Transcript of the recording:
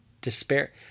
Despair